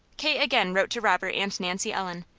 kate again wrote to robert and nancy ellen,